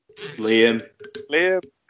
Liam